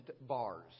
bars